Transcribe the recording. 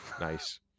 Nice